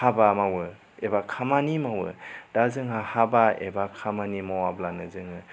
हाबा मावो एबा खामानि मावो दा जोंहा हाबा एबा खामानि मावाब्लानो जोङो